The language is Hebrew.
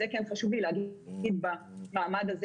זה כן חשוב לי לומר במעמד הזה,